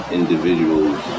individuals